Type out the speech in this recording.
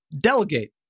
delegate